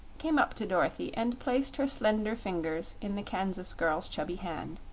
came up to dorothy, and placed her slender fingers in the kansas girl's chubby hand.